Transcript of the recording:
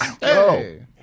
Hey